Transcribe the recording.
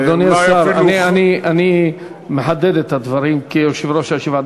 אדוני השר, אני מחדד את הדברים כיושב-ראש הישיבה.